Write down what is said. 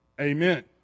Amen